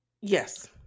Yes